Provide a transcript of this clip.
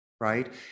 right